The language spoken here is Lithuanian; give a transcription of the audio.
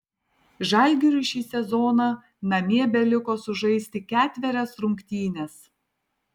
žalgiriui šį sezoną namie beliko sužaisti ketverias rungtynes